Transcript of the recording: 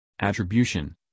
attribution